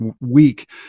week